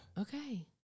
Okay